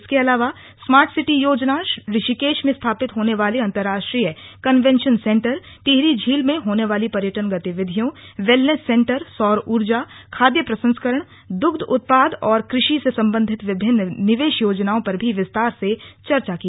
इसके अलावा स्मार्टसिटी योजना ऋषिकेश में स्थापित होने वाले अन्तर्राष्ट्रीय कनवेंशन सेन्टर टिहरी झील में होने वाली पर्यटन गतिविधियों वेलनेस सेन्टर सौर ऊर्जा खाद्य प्रसंस्करण दुग्ध उत्पाद और कृषि से सम्बन्धित विभिन्न निवेश योजनाओं पर भी विस्तार से चर्चा की